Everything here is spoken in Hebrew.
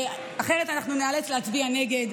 אחרת אנחנו ניאלץ להצביע נגד,